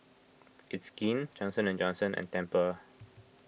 It's Skin Johnson and Johnson and Tempur